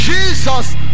Jesus